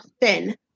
thin